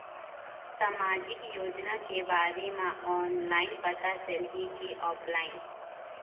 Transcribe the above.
सामाजिक योजना के बारे मा ऑनलाइन पता चलही की ऑफलाइन?